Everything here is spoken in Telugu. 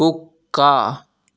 కుక్క